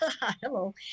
Hello